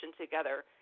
together